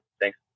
Thanks